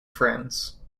friends